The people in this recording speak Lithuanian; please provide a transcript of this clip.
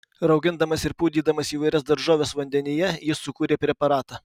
raugindamas ir pūdydamas įvairias daržoves vandenyje jis sukūrė preparatą